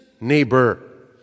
neighbor